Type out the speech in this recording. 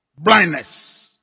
Blindness